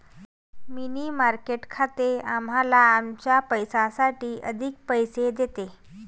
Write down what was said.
मनी market खाते आम्हाला आमच्या पैशासाठी अधिक पैसे देते